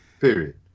period